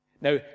Now